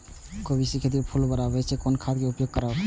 कोबी के खेती लेल फुल बड़ा होय ल कोन खाद के उपयोग करब?